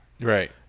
Right